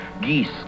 geese